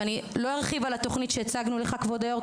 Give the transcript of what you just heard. אני לא ארחיב על התוכנית שהצגנו לך כבוד היו״ר,